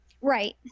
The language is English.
Right